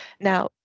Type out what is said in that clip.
Now